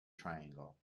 triangle